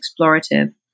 explorative